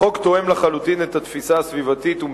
החוק תואם לחלוטין את התפיסה הסביבתית ואת